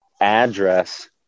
address